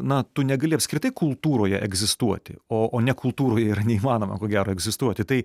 na tu negali apskritai kultūroje egzistuoti o o ne kultūroje yra neįmanoma ko gero egzistuoti tai